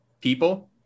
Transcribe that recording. People